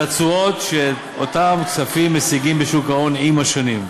התשואות שאותם כספים משיגים בשוק ההון עם השנים.